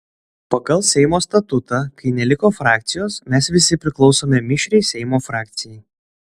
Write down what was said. pagal seimo statutą kai neliko frakcijos mes visi priklausome mišriai seimo frakcijai